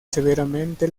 severamente